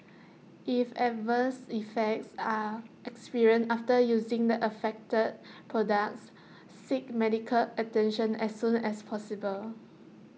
if adverse effects are experienced after using the affected products seek medical attention as soon as possible